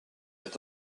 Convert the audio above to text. est